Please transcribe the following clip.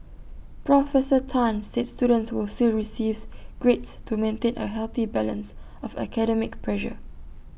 professor Tan said students would still receives grades to maintain A healthy balance of academic pressure